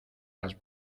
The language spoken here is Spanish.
las